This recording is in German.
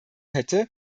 hätte